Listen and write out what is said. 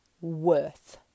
worth